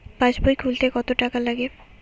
পাশবই খুলতে কতো টাকা লাগে?